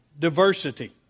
Diversity